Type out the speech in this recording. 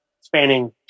spanning